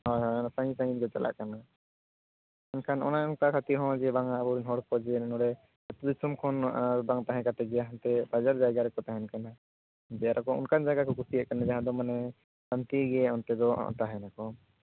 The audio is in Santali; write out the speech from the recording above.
ᱦᱳᱭ ᱦᱳᱭ ᱚᱱᱟ ᱥᱟᱺᱜᱤᱧ ᱥᱟᱺᱜᱤᱧ ᱠᱚ ᱪᱟᱞᱟᱜ ᱠᱟᱱᱟ ᱮᱱᱠᱷᱟᱱ ᱚᱱᱮ ᱚᱱᱠᱟ ᱠᱟᱛᱮᱫ ᱦᱚᱸ ᱵᱟᱝᱼᱟ ᱟᱵᱚᱨᱮᱱ ᱦᱚᱲ ᱠᱚ ᱡᱮ ᱱᱚᱸᱰᱮ ᱟᱹᱛᱩ ᱫᱤᱥᱚᱢ ᱠᱷᱚᱱ ᱵᱟᱝ ᱛᱟᱦᱮᱸ ᱠᱟᱛᱮ ᱡᱮ ᱦᱟᱱᱛᱮ ᱵᱟᱡᱟᱨ ᱡᱟᱭᱜᱟ ᱨᱮᱠᱚ ᱛᱟᱦᱮᱱ ᱠᱟᱱᱟ ᱡᱮ ᱟᱨᱚ ᱚᱱᱠᱟᱱ ᱡᱟᱭᱜᱟ ᱠᱚ ᱠᱩᱥᱤᱭᱟᱜ ᱠᱟᱱᱟ ᱡᱟᱦᱟᱸ ᱫᱚ ᱢᱟᱱᱮ ᱥᱟᱱᱛᱤ ᱜᱮᱭᱟ ᱚᱱᱛᱮ ᱫᱚ ᱛᱟᱦᱮᱱᱟᱠᱚ